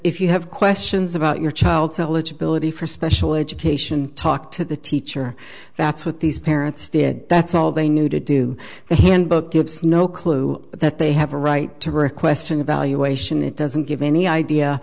if you have questions about your child's eligibility for special education talk to the teacher that's what these parents did that's all they knew to do the handbook gives no clue that they have a right to request an evaluation it doesn't give any idea